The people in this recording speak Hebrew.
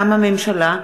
מטעם הממשלה: